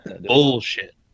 bullshit